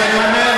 אז אני אומר,